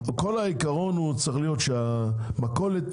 כל העקרון שצריך להיות זה שבעל המכולת